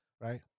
right